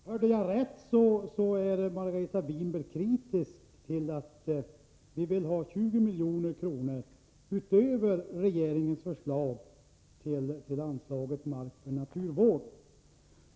Herr talman! Såvitt jag kunde höra är Margareta Winberg kritisk till att vi vill ha 20 milj.kr. utöver regeringens förslag beträffande anslaget Mark för naturvård.